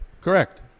Correct